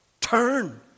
Turn